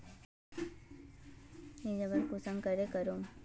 Airtel या जियोर top up recharge कुंसम करे करूम?